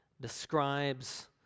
describes